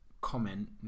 comment